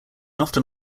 often